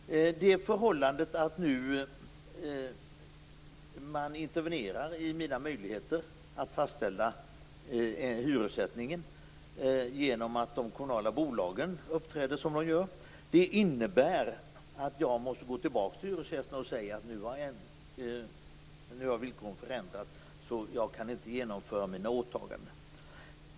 Förhållandet att man nu intervenerar i mina möjligheter att fastställa hyressättningen genom att de kommunala bolagen uppträder som de gör innebär att jag måste gå tillbaka till hyresgästerna och säga att villkoren har förändrats så att jag inte kan genomföra mina åtaganden.